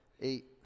eight